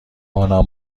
توانم